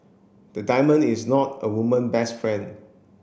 the diamond is not a woman best friend